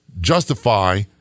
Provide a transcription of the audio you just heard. justify